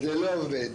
אז זה לא עובד,